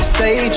Stay